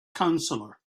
counselor